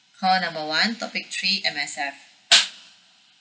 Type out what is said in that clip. call number one topic three M_S_F